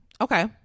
Okay